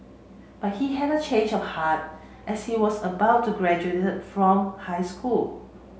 but he had a change of heart as he was about to graduate from high school